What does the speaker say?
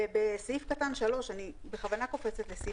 בסעיף קטן (3), אני בכוונה קופצת אליו